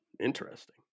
interesting